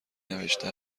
نوشته